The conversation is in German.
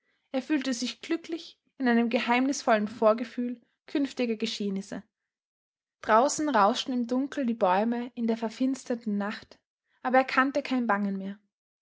er fühlte sich glücklich in einem geheimnisvollen vorgefühl künftiger geschehnisse draußen rauschten im dunkel die bäume in der verfinsterten nacht aber er kannte kein bangen mehr